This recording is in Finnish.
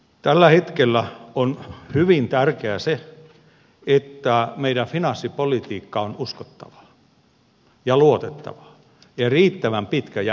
tällä hetkellä on hyvin tärkeää se että meidän finanssipolitiikka on uskottavaa ja luotettavaa ja riittävän pitkäjänteistä